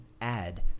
add